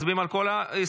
מצביעים על כל ההסתייגויות?